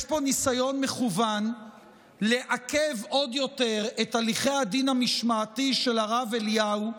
יש פה ניסיון מכוון לעכב עוד יותר את הליכי הדין המשמעתי של הרב אליהו,